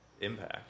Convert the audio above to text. impact